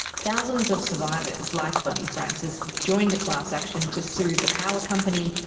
thousands of survivors like bonny francis joined a class action to sue the power company,